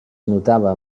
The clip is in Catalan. notava